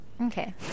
Okay